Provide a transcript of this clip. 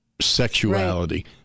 sexuality